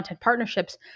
partnerships